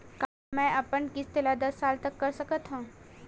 का मैं अपन किस्त ला दस साल तक कर सकत हव?